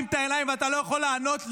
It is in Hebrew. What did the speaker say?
את העיניים ואתה לא יכול לענות לי,